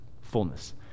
fullness